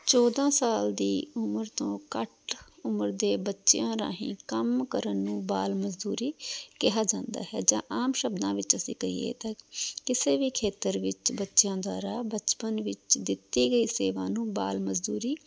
ਚੋਦਾਂ ਸਾਲ ਦੀ ਉਮਰ ਤੋਂ ਘੱਟ ਉਮਰ ਦੇ ਬੱਚਿਆਂ ਰਾਹੀਂ ਕੰਮ ਕਰਨ ਨੂੰ ਬਾਲ ਮਜ਼ਦੂਰੀ ਕਿਹਾ ਜਾਂਦਾ ਹੈ ਜਾਂ ਆਮ ਸ਼ਬਦਾਂ ਵਿੱਚ ਅਸੀਂ ਕਹੀਏ ਤਾਂ ਕਿਸੇ ਵੀ ਖੇਤਰ ਵਿੱਚ ਬੱਚਿਆਂ ਦਾ ਰਾਹ ਬਚਪਨ ਵਿੱਚ ਦਿੱਤੀ ਗਈ ਸੇਵਾ ਨੂੰ ਬਾਲ ਮਜ਼ਦੂਰੀ